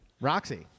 roxy